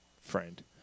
friend